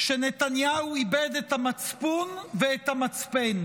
שנתניהו איבד את המצפון ואת המצפן,